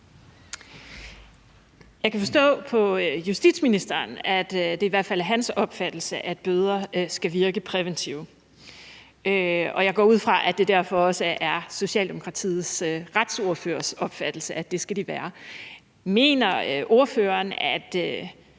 Jeg kan forstå på justitsministeren, at det i hvert fald er hans opfattelse, at bøder skal virke præventivt, og jeg går ud fra, at det derfor også er Socialdemokratiets retsordførers opfattelse, at de skal være det. Mener ordføreren, at